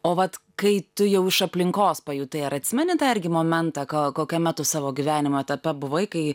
o vat kai tu jau iš aplinkos pajutai ar atsimeni tą irgi momentą ką kokiame tu savo gyvenimo etape buvai kai